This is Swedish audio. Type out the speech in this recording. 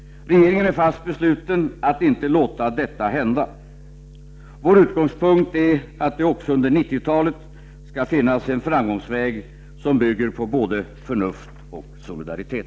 Regeringen är fast besluten att inte låta detta hända. Vår utgångspunkt är att det också under 90-talet skall finnas en framgångsväg som bygger på både förnuft och solidaritet.